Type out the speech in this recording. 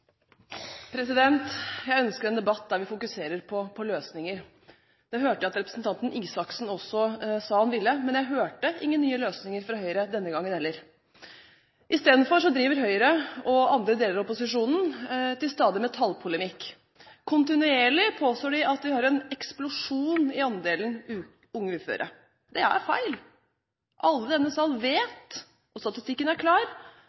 lidelser. Jeg ønsker en debatt der vi fokuserer på løsninger. Det hørte jeg at representanten Isaksen også sa at han ville, men jeg hørte ingen nye løsninger fra Høyre denne gangen heller. Istedenfor driver Høyre og andre deler av opposisjonen stadig med tallpolemikk. Kontinuerlig påstår de at det er en eksplosjon i andelen unge uføre. Det er feil. Alle i denne sal vet – og statistikken er klar